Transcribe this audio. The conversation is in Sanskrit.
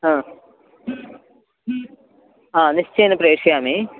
हा निश्चयेन प्रेषयामि